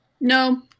No